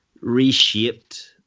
reshaped